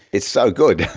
it's so good.